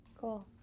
cool